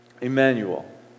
Emmanuel